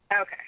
Okay